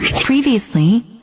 Previously